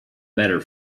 better